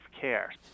care